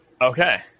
Okay